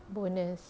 bonus